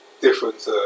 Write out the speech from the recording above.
different